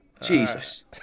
Jesus